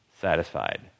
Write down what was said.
satisfied